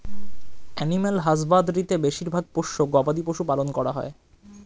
animal husbandry তে বেশিরভাগ পোষ্য গবাদি পশু পালন করা হয়